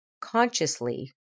consciously